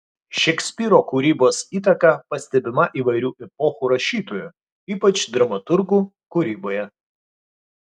šekspyro kūrybos įtaka pastebima įvairių epochų rašytojų ypač dramaturgų kūryboje